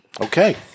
Okay